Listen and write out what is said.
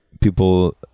people